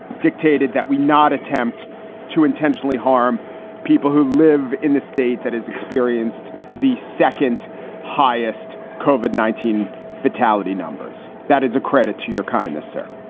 dictated that we not attempt to intentionally harm people who live in the state that has experienced the second highest covered nineteen fatality numbers. that is a credit to your kindness, sir.